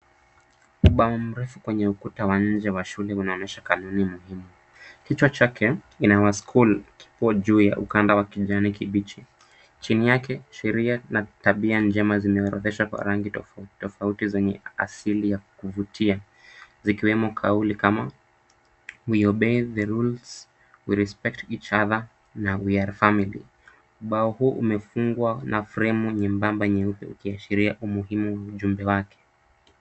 Ubao mrefu kwenye ukuta wa nje wa shule unaonyesha kanuni muhimu. Kichwa chake In our school kipo juu ya ukanda wa kijani kibichi. Chini yake sheria na tabia njema zimeorodheshwa kwa rangi tofauti tofauti zenye asili ya kuvutia, zikiwemo kauli kama We obey the rules, we respect each other na we are family .Ubao huu umefungwa na fremu nyembamba nyeupe ukiashiria umuhimu wa ujumbe wake.